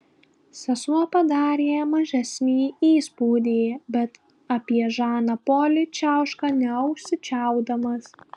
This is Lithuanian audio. sesuo padarė mažesnį įspūdį bet apie žaną polį čiauška neužsičiaupdamas